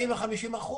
40% ו-50%,